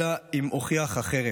אלא אם כן הוכיח אחרת".